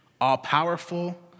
all-powerful